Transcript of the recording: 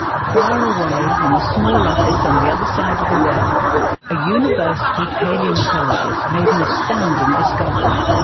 far away in a small office on the other side of the world a university palaeontologist made an astounding discovery,